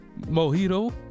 Mojito